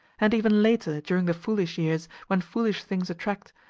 and even later, during the foolish years, when foolish things attract,